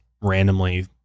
randomly